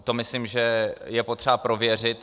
To myslím, že je potřeba prověřit.